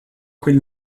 quel